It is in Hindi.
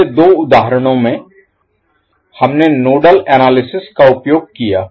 पिछले दो उदाहरणों में हमने नोडल एनालिसिस विश्लेषण Analysis का उपयोग किया